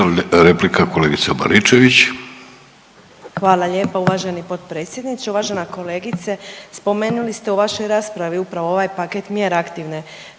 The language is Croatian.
Danica (HDZ)** Hvala lijepa uvaženi potpredsjedniče, uvažena kolegice. Spomenuli ste u vašoj raspravi upravo ovaj paket mjera aktivne